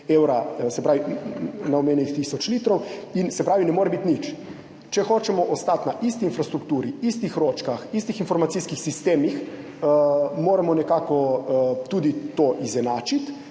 evra, se pravi na omenjenih tisoč litrov, torej ne more biti 0. Če hočemo ostati na isti infrastrukturi, istih ročkah, istih informacijskih sistemih, moramo nekako tudi to izenačiti,